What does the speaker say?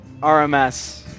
RMS